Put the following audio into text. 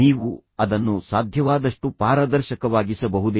ನೀವು ಅದನ್ನು ಸಾಧ್ಯವಾದಷ್ಟು ಪಾರದರ್ಶಕವಾಗಿಸಬಹುದೇ